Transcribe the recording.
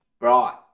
Right